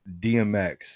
DMX